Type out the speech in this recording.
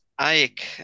Aik